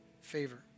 favor